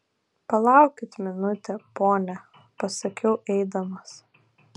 palaukit minutę pone pasakiau eidamas